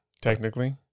technically